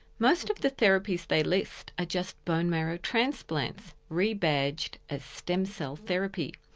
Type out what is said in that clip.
most of the therapies they list are just bone marrow transplants, re-badged as stem cell therapy.